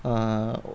err